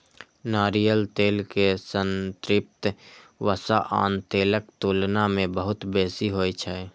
नारियल तेल मे संतृप्त वसा आन तेलक तुलना मे बहुत बेसी होइ छै